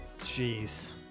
Jeez